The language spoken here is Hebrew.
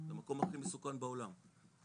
המקום הכי מסוכן בעולם,